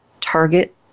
target